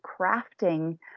crafting